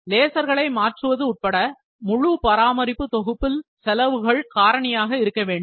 லேசர்களை மாற்றுவது உட்பட முழு பராமரிப்பு தொகுப்பில் செலவுகள் காரணியாக இருக்க வேண்டும்